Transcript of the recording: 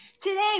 Today